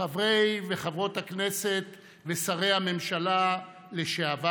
ביטויים ציבוריים מפחידים ומחפירים המעוררים שאט